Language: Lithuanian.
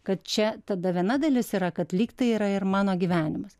kad čia tada viena dalis yra kad lygtai yra ir mano gyvenimas